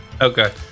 Okay